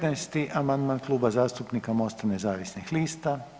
15. amandman Kluba zastupnika Mosta nezavisnih lista.